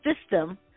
system